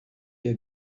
ihr